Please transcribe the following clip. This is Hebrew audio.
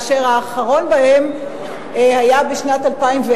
האחרון בהם בשנת 2010,